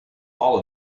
all